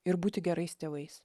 ir būti gerais tėvais